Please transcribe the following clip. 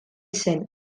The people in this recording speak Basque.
zen